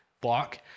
block